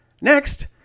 Next